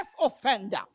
offender